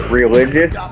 religious